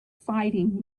fighting